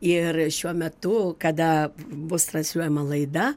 ir šiuo metu kada bus transliuojama laida